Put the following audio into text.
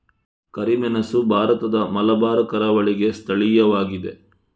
ಕರಿಮೆಣಸು ಭಾರತದ ಮಲಬಾರ್ ಕರಾವಳಿಗೆ ಸ್ಥಳೀಯವಾಗಿದೆ